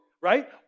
Right